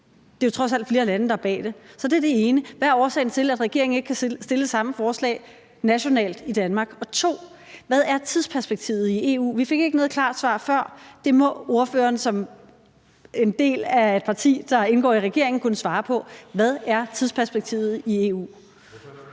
Det er jo trods alt flere lande, der står bag det. Så det er det ene: Hvad er årsagen til, at regeringen ikke kan fremsætte samme forslag nationalt i Danmark? 2) Hvad er tidsperspektivet i EU? Vi fik ikke noget klart svar før. Det må ordføreren som en del af et parti, der indgår i regeringen, kunne svare på. Hvad er tidsperspektivet i EU?